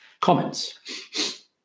Comments